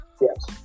Yes